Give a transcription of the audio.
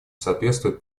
соответствуют